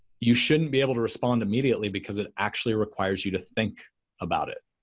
you shouldn't be able to respond immediately because it actually requires you to think about it.